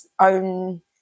own